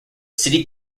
city